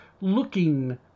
looking